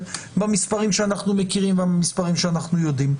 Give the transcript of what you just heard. במספרים שאנחנו מכירים והמספרים שאנחנו יודעים.